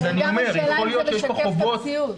אבל גם השאלה אם זה משקף את המציאות.